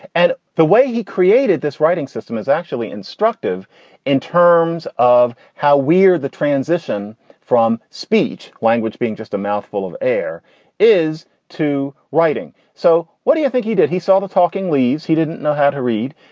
and the way he created this writing system is actually instructive in terms of how weird the transition from speech language being just a mouthful of air is to writing. so what do you think he did? he saw the talking leaves. he didn't know how to read.